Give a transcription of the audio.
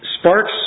Sparks